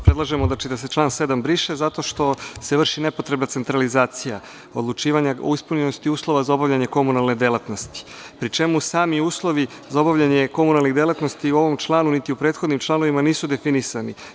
Predlažemo da se član 7. briše zato što se vrši nepotrebna centralizacija odlučivanja o ispunjenosti uslova za obavljanje komunalne delatnosti, pri čemu sami uslovi za obavljanje komunalnih delatnosti ni u ovom članu, niti u prethodnim članovima nisu definisani.